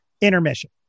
Intermission